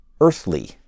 earthly